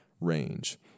range